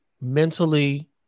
mentally